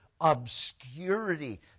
obscurity